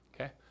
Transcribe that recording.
okay